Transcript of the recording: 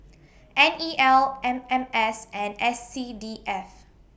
N E L M M S and S C D F